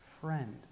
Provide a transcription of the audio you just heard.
friend